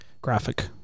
graphic